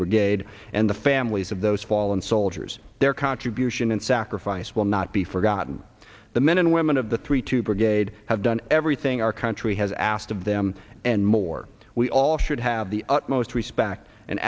brigade and the families of those fallen soldiers their contribution and sacrifice will not be forgotten the men and women of the three two brigade have done everything our country has asked of them and more we all should have the utmost respect and